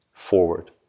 forward